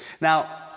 Now